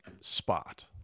spot